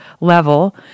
level